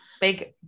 big